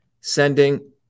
sending